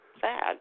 sad